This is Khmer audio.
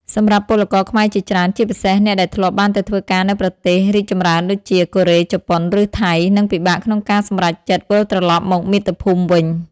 សម្រាប់ពលករខ្មែរជាច្រើន ជាពិសេសអ្នកដែលធ្លាប់បានទៅធ្វើការនៅប្រទេសរីកចម្រើនដូចជា កូរ៉េ ជប៉ុន ឬថៃ និងពិបាកក្នុងការសម្រេចចិត្តវិលត្រឡប់មកមាតុភូមិវិញ ។